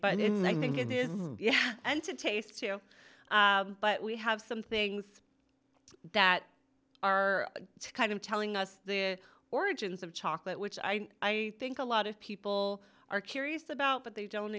is yes and to taste you but we have some things that are kind of telling us the origins of chocolate which i think a lot of people are curious about but they don't